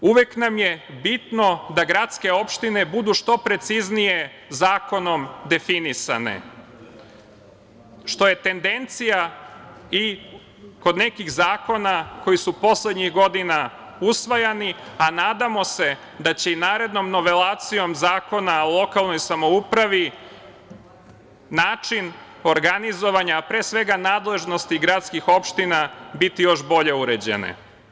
Uvek nam je bitno da gradske opštine budu što preciznije zakonom definisane, što je tendencija i kod nekih zakona koji su poslednjih godina usvajani, a nadamo se da će i narednom novelacijom Zakona o lokalnoj samoupravi način organizovanja, a pre svega nadležnosti gradskih opština, biti još bolje uređene.